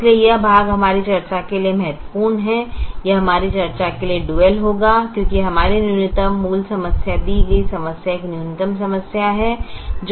इसलिए यह भाग हमारी चर्चा के लिए महत्वपूर्ण है यह हमारी चर्चा के लिए डुअल होगा क्योंकि हमारी न्यूनतम मूल समस्या दी गई समस्या एक न्यूनतम समस्या है